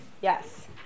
Yes